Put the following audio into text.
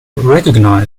recognized